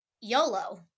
YOLO